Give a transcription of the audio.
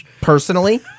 personally